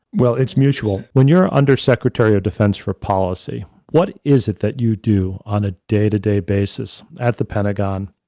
well, it's mutual. when you're undersecretary of defense for policy, what is it that you do on a day to day basis at the pentagon,